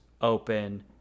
open